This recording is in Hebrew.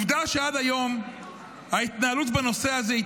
העובדה שעד היום ההתנהלות בנושא הזה היא